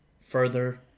further